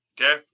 Okay